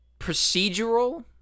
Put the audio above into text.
procedural